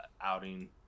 outing